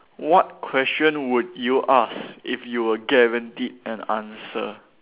what question would you asked if you were guaranteed an answer